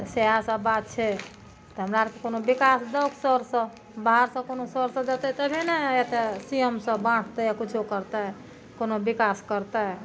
तऽ सेहए सब बात छै तऽ हमरा आरके कोनो विकास दौक सर सब बाहर से कोनो सोर्स देतै तबहे ने एतए सी एम सब बाँटतै आ किछो करतै कोनो विकास करतै